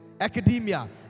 academia